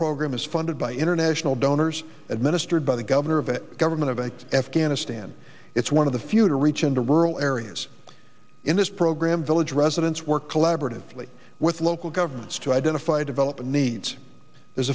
program is funded by international donors administered by the governor of a government of a afghanistan it's one of the few to reach into rural areas in this program village residents work collaboratively with local governments to identify develop and needs there's